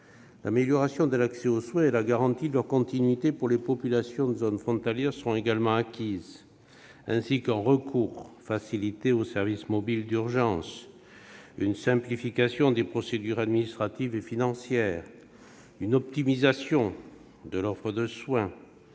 L'amélioration de l'accès aux soins et la garantie de leur continuité pour les populations des zones frontalières seront également acquises, de même qu'un recours facilité aux services mobiles d'urgence, une simplification des procédures administratives et financières, une optimisation de l'offre de soins,